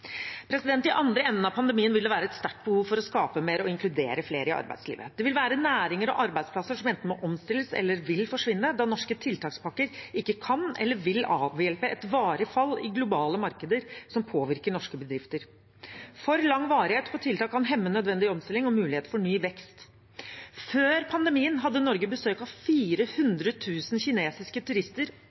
andre enden av pandemien vil det være et sterkt behov for å skape mer og inkludere flere i arbeidslivet. Det vil være næringer og arbeidsplasser som enten må omstilles eller vil forsvinne, da norske tiltakspakker ikke kan eller vil avhjelpe et varig fall i globale markeder som påvirker norske bedrifter. For lang varighet på tiltak kan hemme nødvendig omstilling og mulighet for ny vekst. Før pandemien hadde Norge besøk av 400 000 kinesiske turister